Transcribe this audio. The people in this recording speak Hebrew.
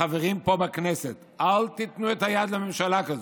החברים פה בכנסת, אל תיתנו יד לממשלה כזאת,